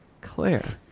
Claire